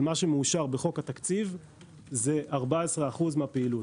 אבל מה שמאושר בחוק התקציב זה 14% מהפעילות.